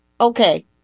Okay